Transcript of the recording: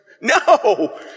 No